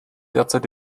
derzeit